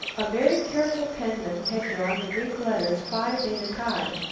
a very careful penman had drawn the greek letters, phi beta ki,